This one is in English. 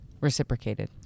Reciprocated